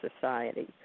society